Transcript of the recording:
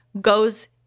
goes